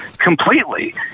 completely